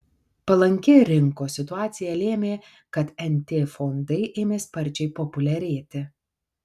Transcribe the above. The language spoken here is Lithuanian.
palanki rinkos situacija lėmė kad nt fondai ėmė sparčiai populiarėti